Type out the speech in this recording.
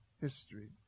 history